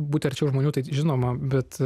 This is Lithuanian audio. būti arčiau žmonių taip žinoma bet